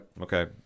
Okay